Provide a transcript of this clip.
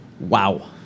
Wow